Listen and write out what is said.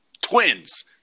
Twins